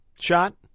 shot